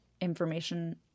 information